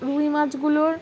রুই মাছগুলোর